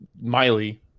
miley